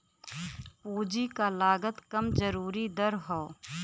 पूंजी क लागत कम जरूरी दर हौ